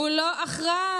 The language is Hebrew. הוא לא אחראי.